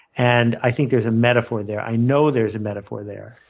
and i think there's a metaphor there i know there's a metaphor there.